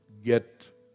get